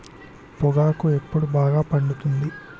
పొగాకు ఎప్పుడు బాగా పండుతుంది?